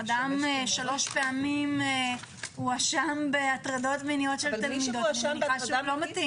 אדם שלוש פעמים הואשם בהטרדות מיניות של תלמידות הוא לא נתאים.